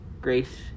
Grace